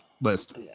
list